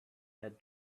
had